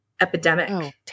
epidemic